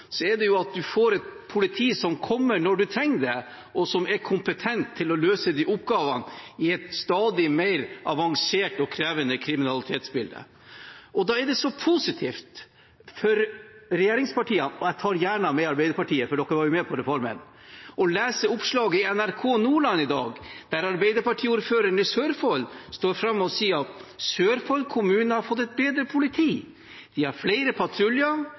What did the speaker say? er at du får et politi som kommer når man trenger det, og som er kompetent til å løse de oppgavene i et stadig mer avansert og krevende kriminalitetsbilde. Da er det så positivt for regjeringspartiene – og jeg tar gjerne med Arbeiderpartiet, for de var jo med på reformen – å lese oppslaget i NRK Nordland i dag der Arbeiderparti-ordføreren i Sørfold står fram og sier at Sørfold kommune har fått et bedre politi. De har flere patruljer,